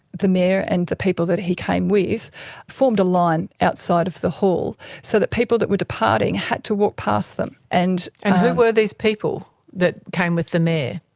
the mayor and the people that he came with formed a line outside of the hall so that people that were departing had to walk past them. and and who were these people that came with the mayor?